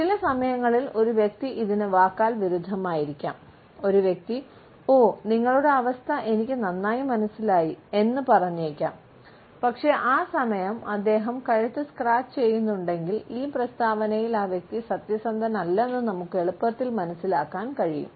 ചില സമയങ്ങളിൽ ഒരു വ്യക്തി ഇതിന് വാക്കാൽ വിരുദ്ധമായിരിക്കാം ഒരു വ്യക്തി ഓ നിങ്ങളുടെ അവസ്ഥ എനിക്ക് നന്നായി മനസ്സിലായി എന്ന് പറഞ്ഞേക്കാം പക്ഷേ ആ സമയം അദ്ദേഹം കഴുത്ത് സ്ക്രാച്ച് ചെയ്യുന്നുണ്ടെങ്കിൽ ഈ പ്രസ്താവനയിൽ ആ വ്യക്തി സത്യസന്ധനല്ലെന്ന് നമുക്ക് എളുപ്പത്തിൽ മനസ്സിലാക്കാൻ കഴിയും